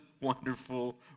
wonderful